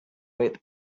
with